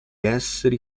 esseri